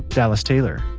dallas taylor,